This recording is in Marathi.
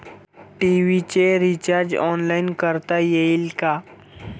टी.व्ही चे रिर्चाज ऑनलाइन करता येईल का?